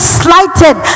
slighted